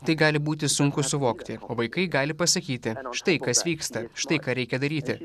tai gali būti sunku suvokti o vaikai gali pasakyti štai kas vyksta štai ką reikia daryti